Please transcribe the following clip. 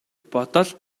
бодол